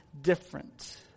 different